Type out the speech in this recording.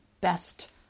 best